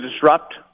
disrupt